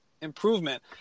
improvement